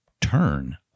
turn